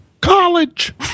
college